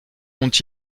ont